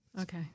Okay